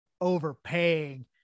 overpaying